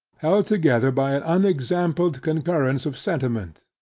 held together by an unexampled concurrence of sentiment,